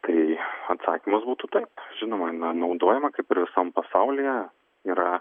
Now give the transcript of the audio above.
tai atsakymas būtų tai žinoma ji na naudojama kaip ir visam pasaulyje yra